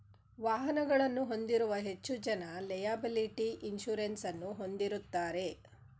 ವಾಹನಗಳನ್ನು ಹೊಂದಿರುವ ಹೆಚ್ಚು ಜನ ಲೆಯಬಲಿಟಿ ಇನ್ಸೂರೆನ್ಸ್ ಅನ್ನು ಹೊಂದಿರುತ್ತಾರೆ